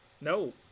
No